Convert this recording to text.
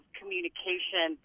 communication